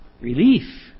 Relief